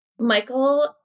Michael